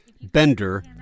Bender